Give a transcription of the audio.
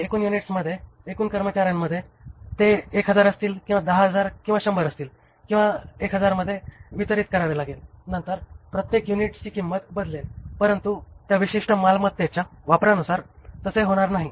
हे एकूण युनिट्समध्ये एकूण कर्मचार्यांमध्ये ते 1000 असतील किंवा 10000 किंवा 100 असतील किंवा 1000 मध्ये वितरित करावे लागेल नंतर प्रत्येक युनिटची किंमत बदलेल परंतु त्या विशिष्ट मालमत्तेच्या वापरानुसार तसे होणार नाही